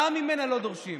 למה ממנה לא דורשים?